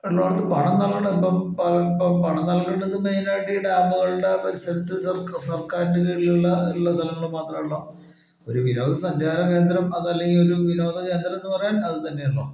ഉള്ളിടത്ത് പണം നൽകേണ്ടതിപ്പം ഇപ്പം പണം നൽകേണ്ടത് മെയിനായിട്ട് ഈ ഡാമുകളുടെ പരിസരത്ത് സർ സർക്കാരിൻ്റെ കീഴിലുള്ള ഉള്ള സ്ഥലങ്ങള് മാത്രമേ ഉള്ളു ഒരു വിനോദ സഞ്ചാര കേന്ദ്രം അതല്ലങ്കിൽ ഒരു വിനോദ കേന്ദ്രമെന്ന് പറയാൻ അതു തന്നെ ഉള്ളൂ